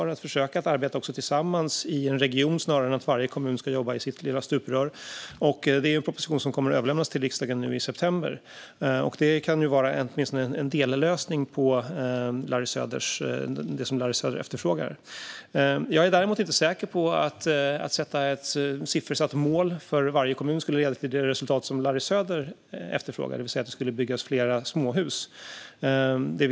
Man behöver försöka arbeta tillsammans i en region snarare än att varje kommun jobbar i sitt lilla stuprör. Denna proposition kommer att överlämnas till riksdagen i september. Det här kan vara åtminstone en dellösning på det som Larry Söder efterfrågar. Jag är däremot inte säker på att man kan ha ett siffersatt mål för varje kommun som skulle leda till det resultat som Larry Söder efterfrågar, det vill säga att fler småhus byggs.